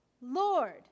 Lord